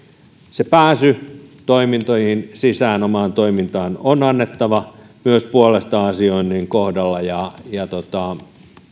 se pääsy sisään omaan toimintaan on annettava myös puolesta asioinnin kohdalla ja